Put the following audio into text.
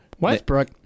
Westbrook